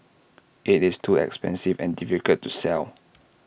IT is too expensive and difficult to sell